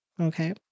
Okay